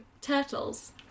Turtles